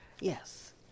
yes